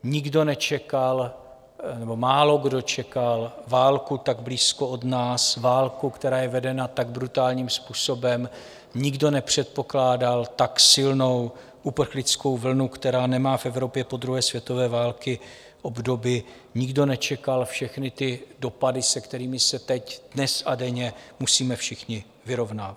Nikdo nečekal nebo málokdo čekal válku tak blízko od nás, válku, která je vedena tak brutálním způsobem, nikdo nepředpokládal tak silnou uprchlickou vlnu, která nemá v Evropě po druhé světové válce obdoby, nikdo nečekal všechny ty dopady, se kterými se teď dnes a denně musíme všichni vyrovnat.